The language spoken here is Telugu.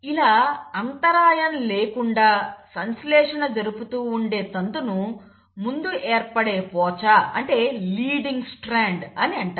ఇలా అంతరాయం లేకుండా సంశ్లేషణ జరుపుతూ ఉండే తంతును ముందు ఏర్పడే పోచ అంటే లీడింగ్ స్ట్రాండ్ అని అంటారు